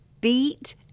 beat